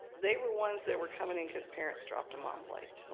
they were ones that were coming in because parents dropped them off late.